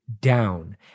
down